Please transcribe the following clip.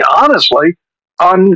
honestly—on